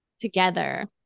together